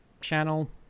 channel